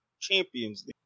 Champions